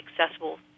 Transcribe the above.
accessible